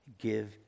give